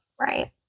Right